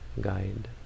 guide